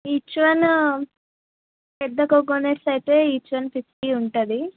each one పెద్ద coconuts అయితే each one fifty ఉంటుంది